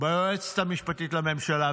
שלכם ביועצת המשפטית לממשלה.